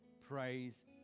praise